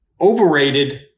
overrated